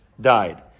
died